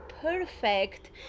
perfect